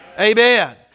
Amen